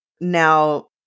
now